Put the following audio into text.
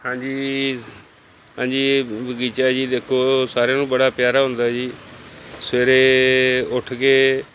ਹਾਂਜੀ ਹਾਂਜੀ ਇਹ ਬਗੀਚਾ ਜੀ ਦੇਖੋ ਸਾਰਿਆਂ ਨੂੰ ਬੜਾ ਪਿਆਰਾ ਹੁੰਦਾ ਹੈ ਜੀ ਸਵੇਰੇ ਉੱਠ ਕੇ